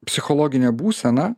psichologinė būseną